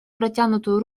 протянутую